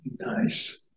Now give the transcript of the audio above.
nice